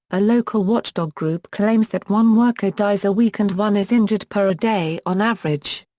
a local watchdog group claims that one worker dies a week and one is injured per a day on average.